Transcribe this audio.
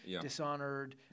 Dishonored